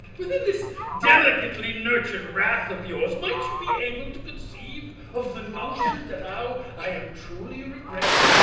within this delicately nurtured wrath of yours, might you be able to conceive of the notion that now i am truly regretful?